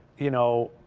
you know,